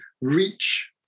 reach